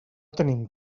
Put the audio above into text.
tenim